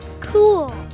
Cool